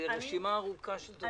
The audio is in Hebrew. יש רשימה ארוכה של דוברים.